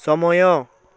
ସମୟ